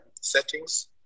settings